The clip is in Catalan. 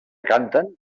canten